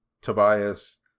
Tobias